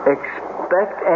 Expect